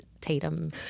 Tatum